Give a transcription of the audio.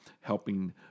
helping